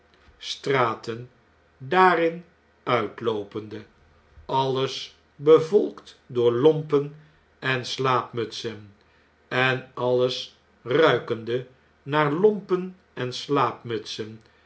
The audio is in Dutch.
straten daarin uitloopende alles bevolkt door lompen en slaapmutsen en alles ruikende naar lompen en